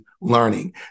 learning